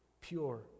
pure